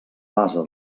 base